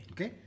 Okay